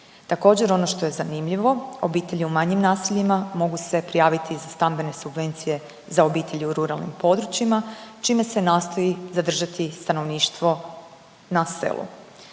Također ono što je zanimljivo obitelji u manjim naseljima mogu se prijaviti za stambene subvencije za obitelji u ruralnim područjima čime se nastoji zadržati stanovništvo na selu.